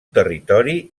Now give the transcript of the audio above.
territori